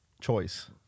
choice